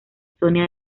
sonia